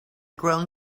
grown